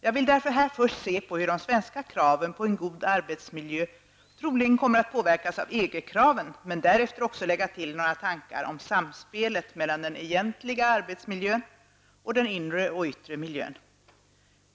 Därför vill jag här först se på hur de svenska kraven på en god arbetsmiljö troligen kommer att påverkas av EG-kraven, men därefter också lägga till några tankar om samspelet mellan den egentliga arbetsmiljön och den inre och yttre miljön.